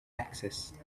access